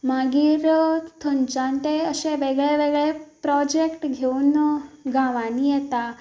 मागीर थंयच्यान तें अशें वेगळें वेगळें प्रॉजॅक्ट घेवन गांवांनी येतात